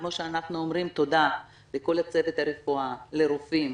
כמו שאנחנו אומרים תודה לכל הצוות הרפואי לרופאים,